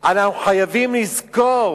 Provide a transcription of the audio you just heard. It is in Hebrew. אנחנו חייבים לזכור